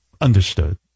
understood